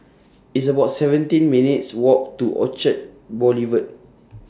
It's about seventeen minutes' Walk to Orchard Boulevard